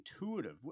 intuitive